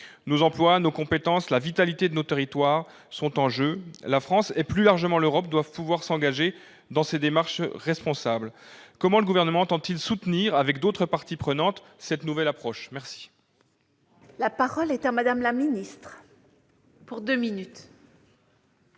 Nos emplois, nos compétences, la vitalité de nos territoires sont en jeu. La France et, plus largement, l'Europe doivent pouvoir s'engager dans ces démarches responsables. Comment le Gouvernement entend-il soutenir avec d'autres parties prenantes cette nouvelle approche ? La parole est à Mme la secrétaire d'État.